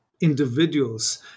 individuals